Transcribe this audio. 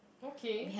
okay